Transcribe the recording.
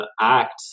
act